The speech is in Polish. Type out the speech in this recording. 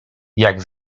jak